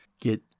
get